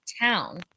town